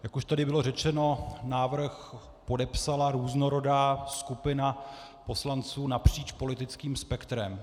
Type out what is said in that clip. Jak už tady bylo řečeno, návrh podepsala různorodá skupina poslanců napříč politickým spektrem.